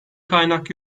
kaynak